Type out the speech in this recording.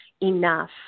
enough